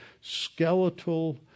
skeletal